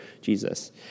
Jesus